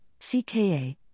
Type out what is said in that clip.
CKA